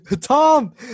Tom